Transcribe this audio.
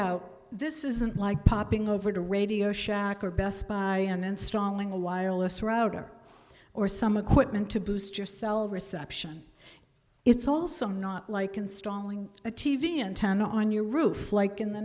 out this isn't like popping over to radio shack or best buy and installing a wireless router or some equipment to boost your cell reception it's also not like installing a t v antenna on your roof like in the